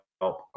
help